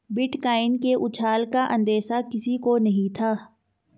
bitcoin के उछाल का अंदेशा किसी को नही था